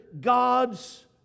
God's